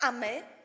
A my?